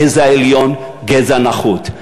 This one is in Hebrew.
גזע עליון, גזע נחות.